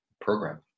Program